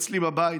אצלי בבית,